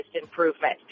improvement